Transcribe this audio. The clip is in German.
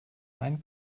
einen